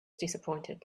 disappointed